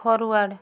forward